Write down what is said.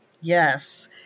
Yes